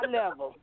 level